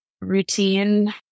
routine